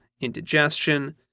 indigestion